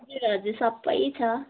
हजुर हजुर सबै छ